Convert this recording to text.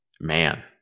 Man